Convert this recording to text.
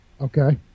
Okay